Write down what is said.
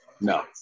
No